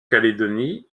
calédonie